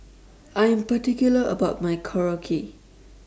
I'm particular about My Korokke